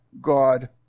God